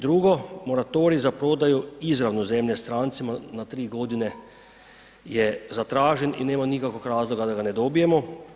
Drugo, moratorij za prodaju izravno zemlje strancima na 3.g. je zatražen i nema nikakvog razloga da ga ne dobijemo.